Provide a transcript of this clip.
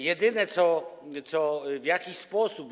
Jedyne, co w jakiś sposób.